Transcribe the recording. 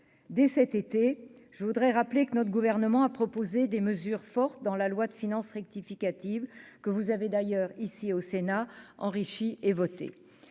dès cet été, je voudrais rappeler que notre gouvernement a proposé des mesures fortes dans la loi de finances rectificative que vous avez d'ailleurs ici au Sénat enrichi et voté